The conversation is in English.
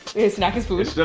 snack is food.